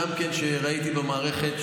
שגם כן ראיתי במערכת,